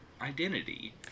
identity